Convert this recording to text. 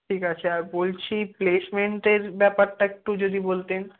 ঠিক আছে আর বলছি প্লেসমেন্টের ব্যাপারটা একটু যদি বলতেন